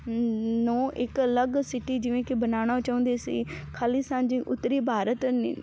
ਨੂੰ ਇੱਕ ਅਲੱਗ ਸਿਟੀ ਜਿਵੇਂ ਕੀ ਬਨਾਉਣਾ ਚਾਹੁੰਦੇ ਸੀ ਖਾਲਿਸਥਾਨ ਜਿਵੇਂ ਉੱਤਰੀ ਬਾਰਤ